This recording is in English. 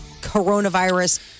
coronavirus